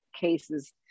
cases